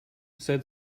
said